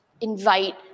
invite